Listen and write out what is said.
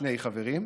שני חברים,